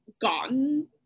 gotten